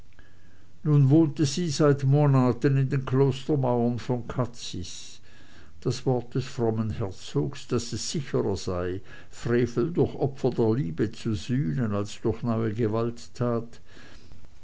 nun wohnte sie seit monaten in den klostermauern von cazis das wort des frommen herzogs daß es sicherer sei frevel durch opfer der liebe zu sühnen als durch neue gewalttat